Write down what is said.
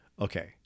Okay